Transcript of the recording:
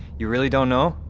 you really don't know?